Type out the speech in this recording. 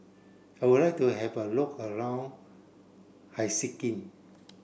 I would like to have a look around Helsinki